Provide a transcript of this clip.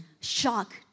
shock